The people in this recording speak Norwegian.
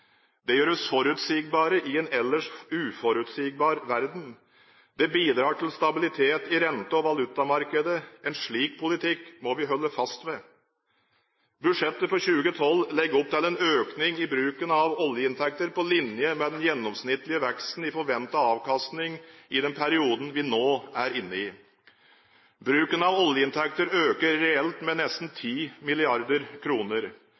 Det gjør oss forutsigbare i en ellers uforutsigbar verden. Det bidrar til stabilitet i rente- og valutamarkedet. En slik politikk må vi holde fast ved. Budsjettet for 2012 legger opp til en økning i bruken av oljeinntekter på linje med den gjennomsnittlige veksten i forventet avkastning i den perioden vi nå er inne i. Bruken av oljeinntekter øker reelt med nesten